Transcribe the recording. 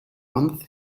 one